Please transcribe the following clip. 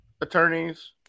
attorneys